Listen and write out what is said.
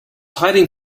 hiding